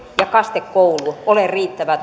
ja kastekoulu ole riittävä